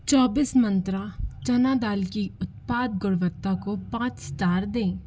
चौबीस मंत्रा चना दाल की उत्पाद गुणवत्ता को पाँच स्टार दें